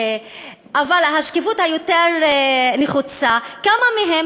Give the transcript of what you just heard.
אבל השקיפות היותר-נחוצה: כמה מהם